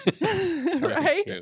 right